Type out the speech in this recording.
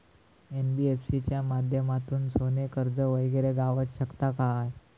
NBFC च्या माध्यमातून सोने कर्ज वगैरे गावात शकता काय?